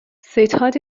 ستاد